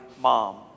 mom